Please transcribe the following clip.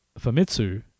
Famitsu